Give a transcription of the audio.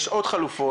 יש עוד חלופות.